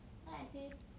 then I say